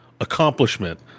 accomplishment